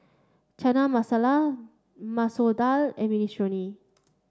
Chana Masala Masoor Dal and Minestrone